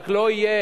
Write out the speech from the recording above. רק לא יהיה